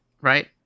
right